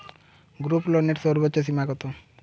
গ্রুপলোনের সর্বোচ্চ সীমা কত?